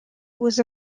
was